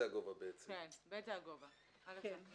"עבירת קנס